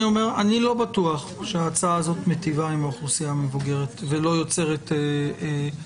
אני לא בטוח שההצעה הזו מיטיבה עם האוכלוסייה המבוגרת ולא יוצרת קושי.